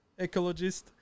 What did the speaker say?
ecologist